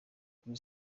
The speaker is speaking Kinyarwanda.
kuri